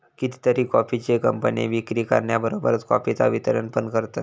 कितीतरी कॉफीचे कंपने विक्री करण्याबरोबरच कॉफीचा वितरण पण करतत